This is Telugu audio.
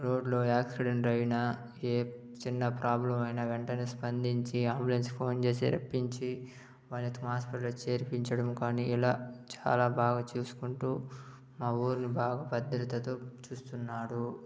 రోడ్లో యాక్సిడెంట్ అయినా ఏ చిన్న ప్రాబ్లమ్ అయినా వెంటనే స్పందించి అంబులెన్సుకు ఫోన్ చేసి రప్పించి వారిని హాస్పిటలు కు చేర్పించడం కాని ఇలా చాలా బాగా చూసుకుంటూ ఆ ఊరుని బాగా పద్దతితో చూస్తున్నారు